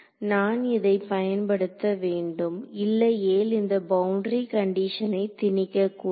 நான் இதை பயன்படுத்த வேண்டும் இல்லையேல் இந்த பவுண்டரி கண்டிஷனை திணிக்கக்கூடாது